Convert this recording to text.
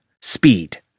speed